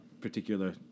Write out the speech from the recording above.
particular